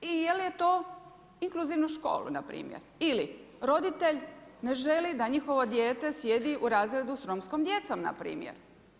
I je li je to, inkluzivnu školu npr. Ili roditelj ne želi da njihovo dijete sjedi u razredu sa romskom djecom npr.